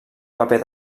paper